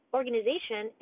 organization